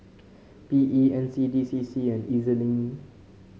P E N C D C C and E Z Link